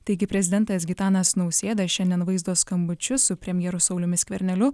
taigi prezidentas gitanas nausėda šiandien vaizdo skambučiu su premjeru sauliumi skverneliu